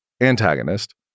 antagonist